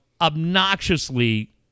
obnoxiously